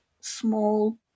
small